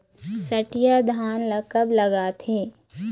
सठिया धान ला कब लगाथें?